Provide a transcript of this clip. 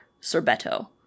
sorbetto